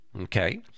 Okay